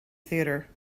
theatre